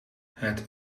het